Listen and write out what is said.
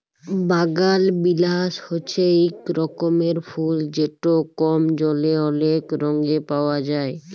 বাগালবিলাস হছে ইক রকমের ফুল যেট কম জলে অলেক রঙে পাউয়া যায়